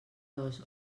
dos